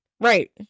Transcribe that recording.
right